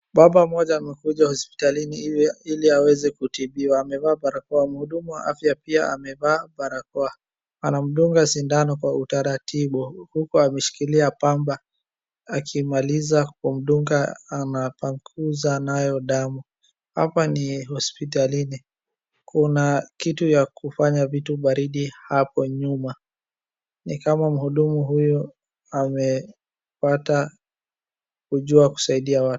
Baba mmoja amekuja hosipitalini ili aweze kutibiwa. Ameva barakoa, mhudu wa afya pia ameva barakoa; anamdunga sindano kwa utaratibu huku ameshikilia pamba, akimaliza kumdunga anapanguza nayo damu. Hapa ni hosipitalini, kuna kitu ya kufanya vitu baridi hapo nyuma. Ni kama mhudumu huyu amepata kujua kusaidia watu.